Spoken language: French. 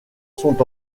sont